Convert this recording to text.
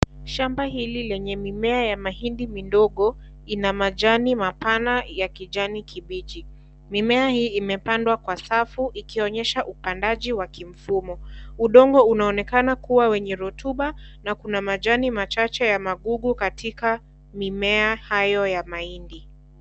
Shamba hili lenye mimea ya mahindi midogo, ina majani mapana ya kijani kibichi. Mimea hii imepandwa kwa safu ikionyesha upandaji wa kimfumo. Udongo unaonekana kuwa wenye rotuba na kuna majani machache ya magugu katika mimea hiyo ya mahindi.